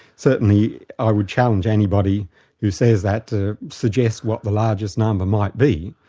certainly i would challenge anybody who says that to suggest what the largest number might be,